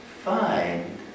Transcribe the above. find